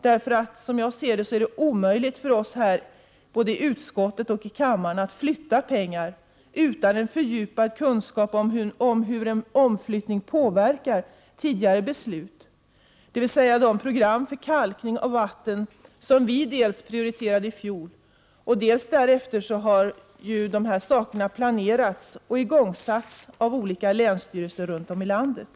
Det är, som jag ser det, omöjligt för oss i utskottet och i kammaren att flytta pengar utan en fördjupad kunskap om hur en omflyttning påverkar tidigare beslut, dvs. de program för kalkning av vatten som vi prioriterade i fjol. Därefter har ju dessa åtgärder planerats och igångsatts av olika länsstyrelser runt om i landet.